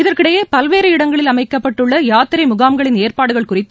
இதற்கிடையே பல்வேறு இடங்களில் அமைக்கப்பட்டுள்ள யாத்திரை முகாம்களின் ஏற்பாடுகள் குறித்து